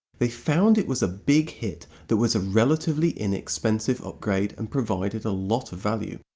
they found it was a big hit that was a relatively inexpensive upgrade and provided a lot of value.